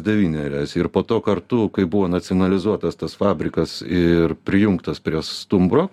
devynerias ir po to kartu kai buvo nacionalizuotas tas fabrikas ir prijungtas prie stumbro